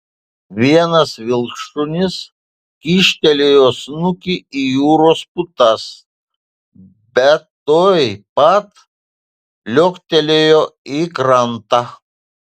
vienas vilkšunis kyštelėjo snukį į jūros putas bet tuoj pat liuoktelėjo į krantą